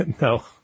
No